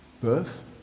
birth